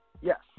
Yes